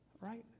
right